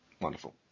Wonderful